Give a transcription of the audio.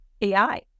AI